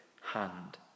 hand